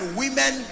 women